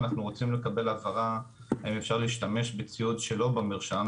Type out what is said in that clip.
אנחנו רוצים לקבל הבהרה האם אפשר להשתמש בציוד שלא במרשם?